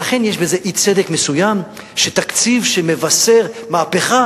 ולכן, יש בזה אי-צדק מסוים שתקציב שמבשר מהפכה